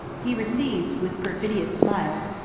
he received, with perfidious smiles,